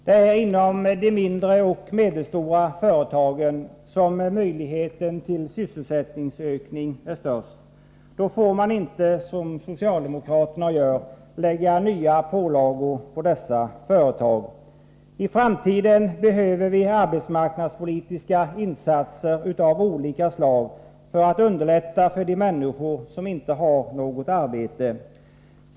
Det är inom de mindre och medelstora företagen som möjligheten till sysselsättningsökning är störst. Då får man inte, som socialdemokraterna gör, lägga nya pålagor på dessa företag. I framtiden behöver vi arbetsmarknadspolitiska insatser av olika slag för att underlätta för de människor som inte har något arbete.